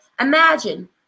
Imagine